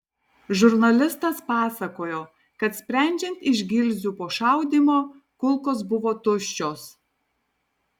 žurnalistas pasakojo kad sprendžiant iš gilzių po šaudymo kulkos buvo tuščios